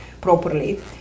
properly